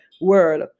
world